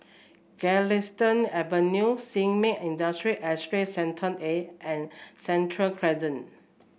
Galistan Avenue Sin Ming Industrial Estate Sector A and Sentul Crescent